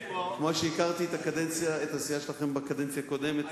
כמו שהכרתי את הסיעה שלכם בקדנציה הקודמת,